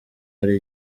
hari